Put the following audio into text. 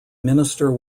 minister